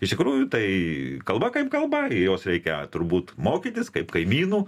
iš tikrųjų tai kalba kaip kalba ir jos reikia turbūt mokytis kaip kaimynų